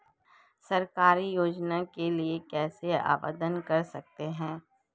सरकारी योजनाओं के लिए कैसे आवेदन कर सकते हैं?